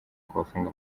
kubafunga